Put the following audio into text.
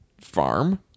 farm